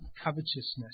covetousness